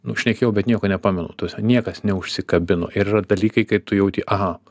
nu šnekėjau bet nieko nepamenu ta prasme niekas neužsikabino ir yra dalykai kai tu jauti aha